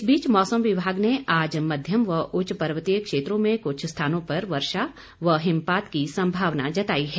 इस बीच मौसम विभाग ने आज मध्यम व ऊच्च पर्वतीय क्षेत्रों में कुछ स्थानों पर वर्षा व हिमपात की संभावना जताई है